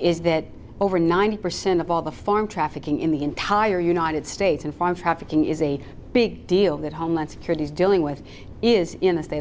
is that over ninety percent of all the farm trafficking in the entire united states and farm trafficking is a big deal that homeland security is dealing with is in the state